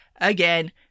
Again